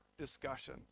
discussion